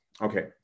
Okay